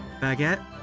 Baguette